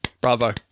Bravo